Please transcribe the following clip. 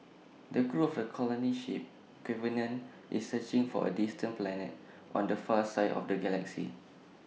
the crew of the colony ship covenant is searching for A distant planet on the far side of the galaxy